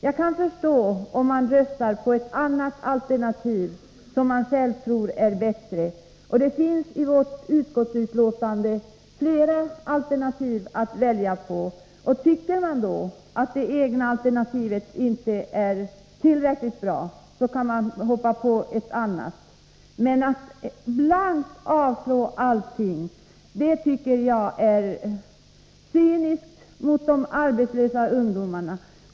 Jag kan förstå om man vill rösta för andra alternativ, som man själv tror är bättre. Det finns i utskottsbetänkandet flera alternativ att välja på. Tycker man då att det egna alternativet inte är tillräckligt bra, kan man hoppa på ett annat. Men att blankt avstyrka alla förslag tycker jag är cyniskt mot de arbetslösa ungdomarna.